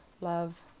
love